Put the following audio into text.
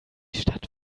stadt